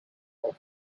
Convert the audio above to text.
for